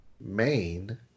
main